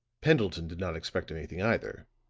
pendleton did not expect anything, either,